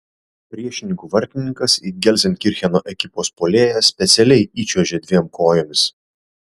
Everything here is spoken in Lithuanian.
priešininkų vartininkas į gelzenkircheno ekipos puolėją specialiai įčiuožė dviem kojomis